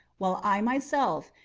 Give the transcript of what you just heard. while i myself,